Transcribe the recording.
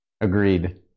Agreed